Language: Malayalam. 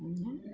അങ്ങനെ